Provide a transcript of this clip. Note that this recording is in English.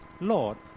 Lord